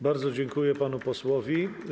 Bardzo dziękuję panu posłowi.